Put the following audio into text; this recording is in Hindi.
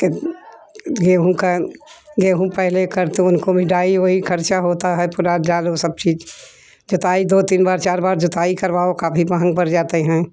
कि गेहूँ का गेहूँ पहले करते उनको मिलाई हुई खर्चा होता है खुराक डालो सब चीज़ जुताई दो तीन बार चार बार जुताई करवाओ काफ़ी मँहगे पड़ जाते हैं